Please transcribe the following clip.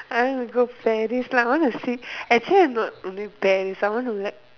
I want to go Paris like I want to see actually I am not only Paris I want to like